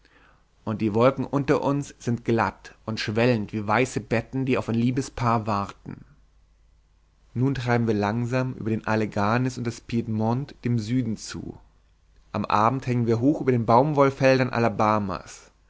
und die wolken unter uns sind glatt und schwellend wie weiße betten die auf ein liebespaar warten nun treiben wir langsam über die alleghanis und das piedmont dem süden zu am abend hängen wir hoch über den baumwollfeldern alabamas